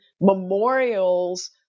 memorials